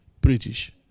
British